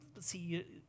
See